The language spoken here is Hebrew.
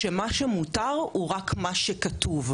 שמה שמותר הוא רק מה שכתוב.